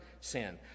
sin